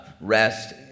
Rest